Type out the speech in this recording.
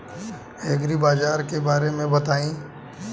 एग्रीबाजार के बारे में बताई?